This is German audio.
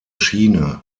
schiene